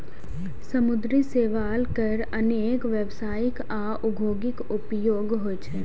समुद्री शैवाल केर अनेक व्यावसायिक आ औद्योगिक उपयोग होइ छै